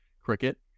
cricket